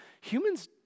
humans